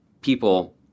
people